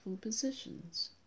positions